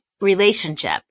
relationship